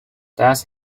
that